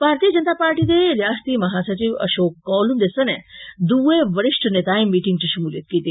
भारतीय जनता पार्टी दे रियासती महासचिव अशोक कौल हुंदे सने दूये वरिष्ठ नेतायें मीटिंग इच शमूलियत कीती